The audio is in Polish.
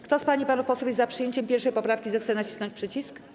Kto z pań i panów posłów jest za przyjęciem 1. poprawki, zechce nacisnąć przycisk.